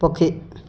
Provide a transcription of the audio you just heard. ପକ୍ଷୀ